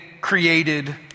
created